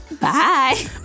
Bye